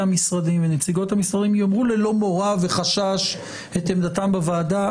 המשרדים יאמרו ללא מורא וחשש את עמדתם בוועדה.